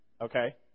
Okay